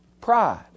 Pride